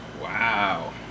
Wow